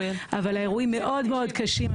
אבל האירועים מאוד מאוד קשים.